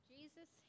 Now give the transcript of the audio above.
Jesus